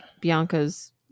Bianca's